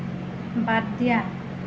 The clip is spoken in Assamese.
বাদ দিয়া